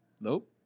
Nope